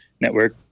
network